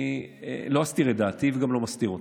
אני לא אסתיר את דעתי וגם לא מסתיר אותה.